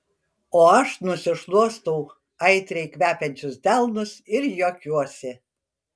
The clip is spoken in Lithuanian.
o aš nusišluostau aitriai kvepiančius delnus ir juokiuosi